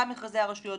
גם מכרזי הרשויות,